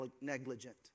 negligent